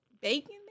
bacon